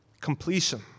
completion